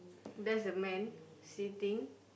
there's a man sitting